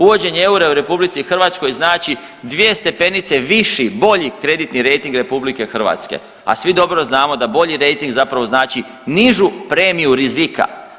Uvođenje eura u RH znači dvije stepenice viši, bolji kreditnih rejting RH, a svi dobro znamo da bolji rejting zapravo znači nižu premiju rizika.